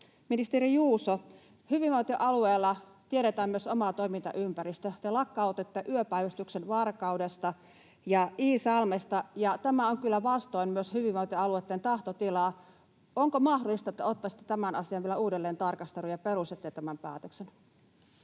Ministeri Juuso, hyvinvointialueella tiedetään myös oma toimintaympäristö. Te lakkautatte yöpäivystyksen Varkaudesta ja Iisalmesta, ja tämä on kyllä vastoin myös hyvinvointialueitten tahtotilaa. Onko mahdollista, että ottaisitte tämän asian vielä uudelleen tarkasteluun ja peruisitte tämän päätöksen?